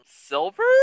silver